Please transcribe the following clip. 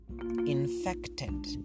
infected